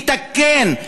לתקן,